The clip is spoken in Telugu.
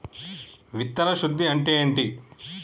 విత్తన శుద్ధి అంటే ఏంటి?